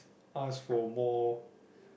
ask for more